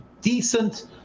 decent